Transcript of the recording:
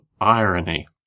irony